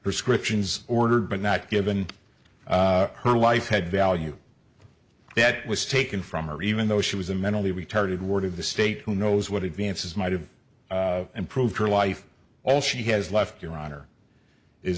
prescriptions ordered but not given her life had value that was taken from her even though she was a mentally retarded ward of the state who knows what advances might have improved her life all she has left your honor is